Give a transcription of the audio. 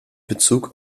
bezug